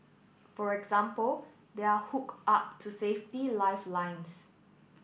for example they are hooked up to safety lifelines